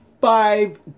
five